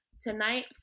Tonight